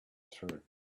through